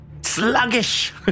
sluggish